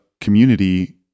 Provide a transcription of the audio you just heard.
community